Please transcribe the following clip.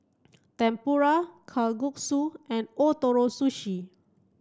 Tempura Kalguksu and Ootoro Sushi